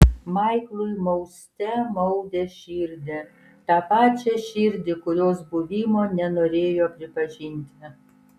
maiklui mauste maudė širdį tą pačią širdį kurios buvimo nenorėjo pripažinti